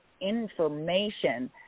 information